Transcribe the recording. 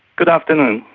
good afternoon.